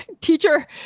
teacher